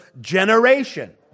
generation